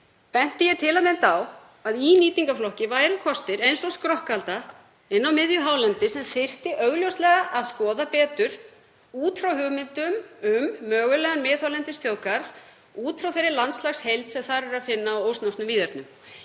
benti ég til að mynda á að í nýtingarflokki væru kostir eins og Skrokkalda inni á miðju hálendi sem þyrfti augljóslega að skoða betur út frá hugmyndum um mögulegan miðhálendisþjóðgarð og út frá þeirri landslagsheild sem þar er að finna og ósnortnum víðernum.